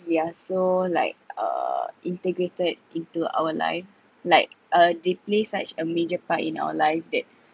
we are so like uh integrated into our life like uh deeply such a major part in our life that